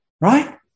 Right